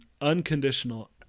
unconditional